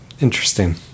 interesting